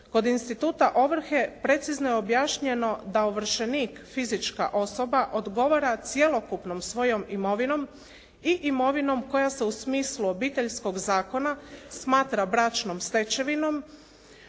Kod instituta ovrhe precizno je objašnjeno da ovršenik, fizička osoba odgovara cjelokupnom svojom imovinom i imovinom koja se u smislu Obiteljskog zakona smatra bračnom stečevinom